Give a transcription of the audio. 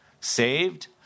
saved